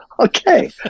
Okay